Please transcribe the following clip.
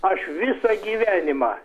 aš visą gyvenimą